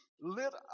lit